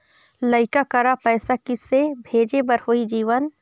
लइका करा पैसा किसे भेजे बार होही जीवन